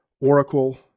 Oracle